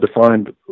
defined